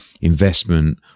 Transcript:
investment